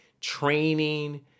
training